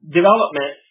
development